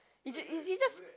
is he just